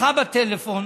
בכה בטלפון,